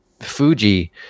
Fuji